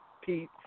Pete